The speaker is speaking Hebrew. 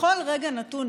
בכל רגע נתון,